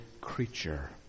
creature